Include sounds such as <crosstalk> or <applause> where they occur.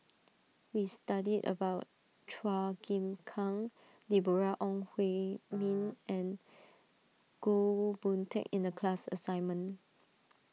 we studied about Chua Chim Kang Deborah Ong Hui <noise> Min and Goh Boon Teck in the class assignment